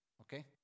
Okay